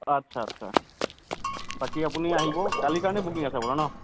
আচ্ছা আচ্ছা বাকী আপুনি আহিব কালিৰ কাৰণে বুকিং আছে আপোনাৰ ন